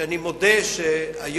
שאני מודה שהיום,